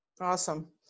Awesome